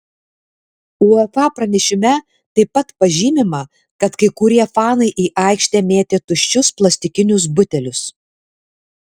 uefa pranešime taip pat pažymima kad kai kurie fanai į aikštę metė tuščius plastikinius butelius